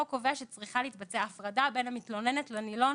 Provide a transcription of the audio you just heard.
החוק קובע שצריכה להתבצע הפרדה בין המתלוננת לנילון